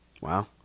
Wow